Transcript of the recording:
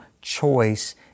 choice